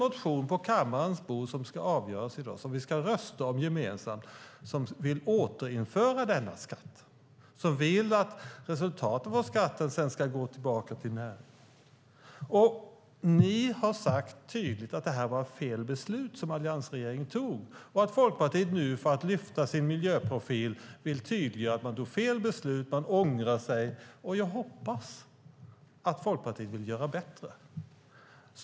I dag ligger på kammarens bord en motion som vi i dag gemensamt ska rösta om och där man skriver att man vill återinföra skatten på konstgödsel och att resultatet av skatten ska gå tillbaka till näringen. Ni har tydligt sagt att det var fel beslut som alliansregeringen fattade och att Folkpartiet nu för att lyfta fram sin miljöprofil vill tydliggöra att fel beslut fattades och att man ångrar sig. Jag hoppas att Folkpartiet vill göra bättre.